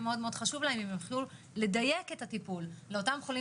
מאוד חשוב להם הם יוכלו לדייק את הטיפול לאותם חולים